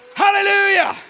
Hallelujah